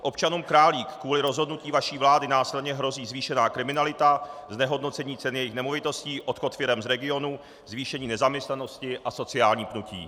Občanům Králík kvůli rozhodnutí vaší vlády následně hrozí zvýšená kriminalita, znehodnocení cen jejich nemovitostí, odchod firem z regionu, zvýšení nezaměstnanosti a sociální pnutí.